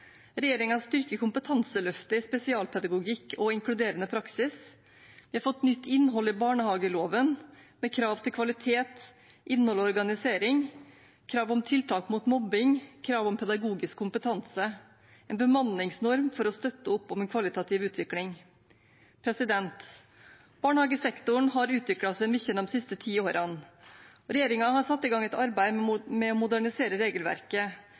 styrker kompetanseløftet i spesialpedagogikk og inkluderende praksis. Vi har fått nytt innhold i barnehageloven med krav til kvalitet, innhold og organisering, krav om tiltak mot mobbing, krav om pedagogisk kompetanse, og en bemanningsnorm for å støtte opp om en kvalitativ utvikling. Barnehagesektoren har utviklet seg mye de siste ti årene. Regjeringen har satt i gang et arbeid med å modernisere regelverket,